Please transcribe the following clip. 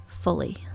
fully